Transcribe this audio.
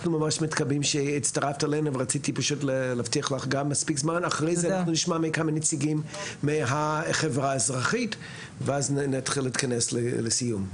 אחר כך נשמע כמה נציגים מהחברה האזרחית ונתכנס לסיום.